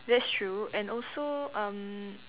that's true and also um